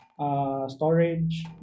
Storage